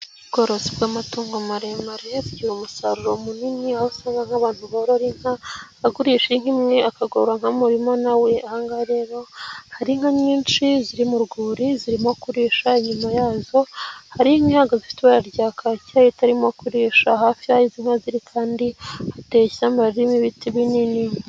Ubworozi bw'amatungo maremare bujyira umusaruro munini, aho usanga nk'abantu borora inka agurisha inka imwe akagororaka umurima, ahangaha rero rero hari inka nyinshi ziri mu rwuri zirimo kurisha, inyuma yazo hari inyaga zifite ibara rya kake itarimo kurisha hafi ziba ziri kandi hateye ishyamba ririmo ibiti binini.